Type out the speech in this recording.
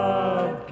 God